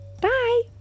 Bye